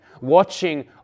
watching